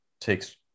takes